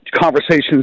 conversations